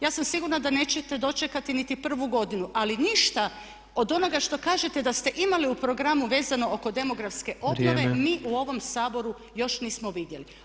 Ja sam sigurna da nećete dočekati niti prvu godinu ali ništa od onoga što kažete da ste imali u programu vezano oko demografske obnove, mi u ovom Saboru još nismo vidjeli.